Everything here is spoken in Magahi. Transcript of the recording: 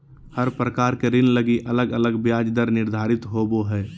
हर प्रकार के ऋण लगी अलग अलग ब्याज दर निर्धारित होवो हय